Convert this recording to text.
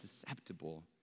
susceptible